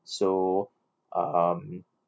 so um